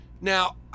now